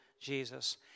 Jesus